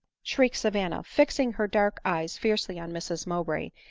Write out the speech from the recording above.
shrieked savanna, fixing her dark eyes fiercely on mrs mowbray,